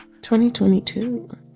2022